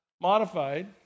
modified